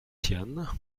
tian